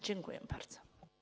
Dziękuję bardzo.